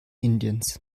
indiens